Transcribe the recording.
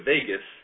Vegas